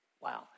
Wow